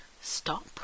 stop